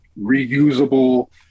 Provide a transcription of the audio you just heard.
reusable